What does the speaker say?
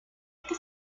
esta